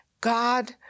God